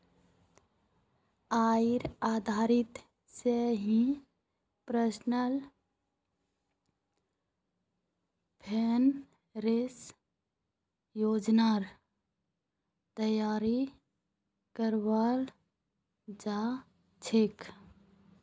आयेर आधारत स ही पर्सनल फाइनेंसेर योजनार तैयारी कराल जा छेक